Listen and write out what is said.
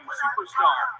superstar